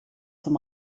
zum